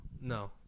No